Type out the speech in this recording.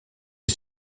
est